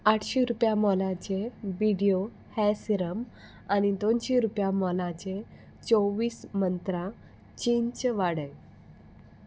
आठशी रुपया मोलाचें बिडियो हॅर सिरम आनी दोनशी रुपया मोलाचें चोव्वीस मंत्रा चिंच वाडय